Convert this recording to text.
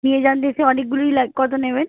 নিয়ে যান এসে অনেকগুলোই লাগে কত নেবেন